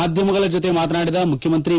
ಮಾಧ್ಯಮಗಳ ಜೊತೆ ಮಾತನಾಡಿದ ಮುಖ್ಯಮಂತ್ರಿ ಬಿ